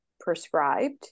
prescribed